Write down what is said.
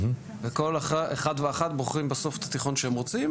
וכל אחד ואחת בוחרים בסוף את התיכון שהם רוצים,